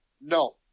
No